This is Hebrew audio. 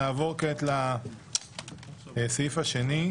נעבור כעת לסעיף השני: